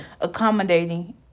accommodating